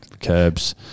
curbs